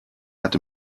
hat